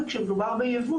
וכשמדובר בייבוא,